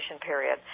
period